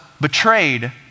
betrayed